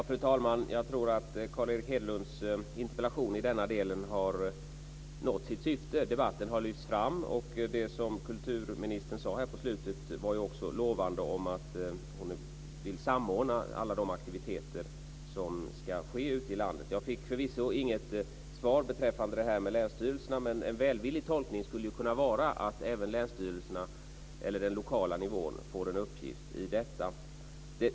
Fru talman! Jag tror att Carl Erik Hedlunds interpellation i denna del har nått sitt syfte. Debatten har lyfts fram, och det som kulturministern sade på slutet var också lovande, att hon vill samordna alla de aktiviteter som ska ske ute i landet. Jag fick förvisso inget svar beträffande länsstyrelserna. Men en välvillig tolkning skulle kunna vara att även länsstyrelserna eller den lokala nivån får en uppgift i detta.